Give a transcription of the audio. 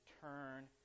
turn